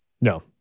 No